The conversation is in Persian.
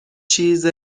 چیز